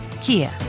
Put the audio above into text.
Kia